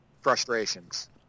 frustrations